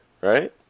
right